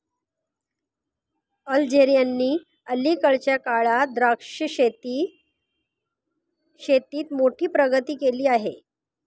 अल्जेरियाने अलीकडच्या काळात द्राक्ष शेतीत मोठी प्रगती केली आहे